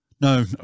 No